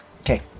Okay